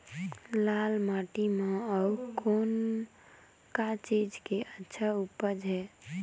लाल माटी म अउ कौन का चीज के अच्छा उपज है?